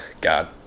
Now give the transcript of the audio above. God